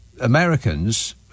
Americans